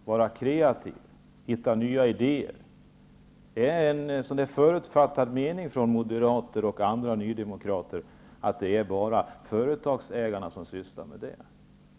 att vara kreativ och hitta nya idéer. Det är en förutfattad mening från moderater och nydemokrater att det är bara företagsägarna som sysslar med detta.